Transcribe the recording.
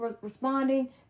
responding